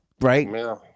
right